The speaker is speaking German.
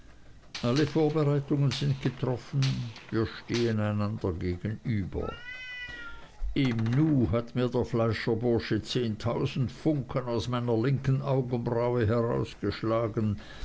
alle vorbereitungen sind getroffen wir stehen einander gegenüber im nu hat mir der fleischerbursche zehntausend funken aus meiner linken augenbraue herausgeschlagen